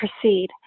proceed